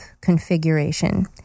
configuration